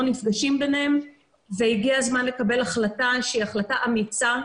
נפגשים ביניהם והגיע הזמן לקבל החלטה שהיא החלטה אמיצה.